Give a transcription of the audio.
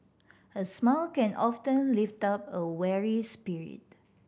a smile can often lift up a weary spirit